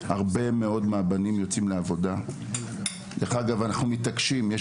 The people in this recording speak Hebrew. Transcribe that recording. הרבה מהבנים יוצאים לעבודה ואנחנו מתעקשים להשאיר אותם במערכת,